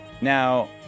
Now